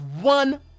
One